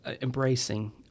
embracing